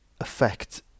affect